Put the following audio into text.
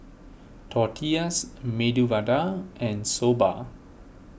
Tortillas Medu Vada and Soba